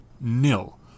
nil